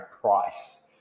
price